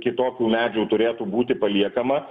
kitokių medžių turėtų būti paliekama